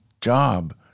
job